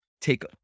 take